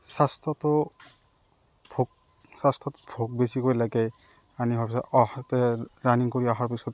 ফাৰ্ষ্টতটো ভোক ফাৰ্ষ্টত ভোক বেছিকৈ লাগে পানী খোৱাৰ পিছত আহোঁতে ৰানিং কৰি অহাৰ পিছত